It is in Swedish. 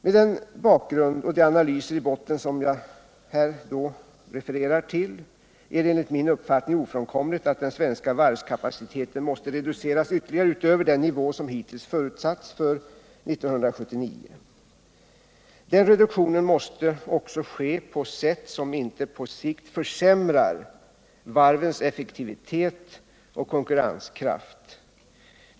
Med den bakgrund och de analyser i botten som jag har refererat till är det enligt min uppfattning ofrånkomligt att den svenska varvskapaciteten måste reduceras ytterligare utöver den nivå som hittills förutsatts för 1979. Den reduktionen måste också ske på sätt som inte på sikt försämrar varvens effektivitet och konkurrenskraft.